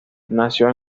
nació